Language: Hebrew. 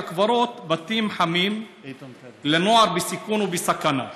הקברות בתים חמים לנוער בסיכון ובסכנה.